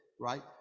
right